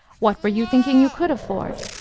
what were you thinking you could afford?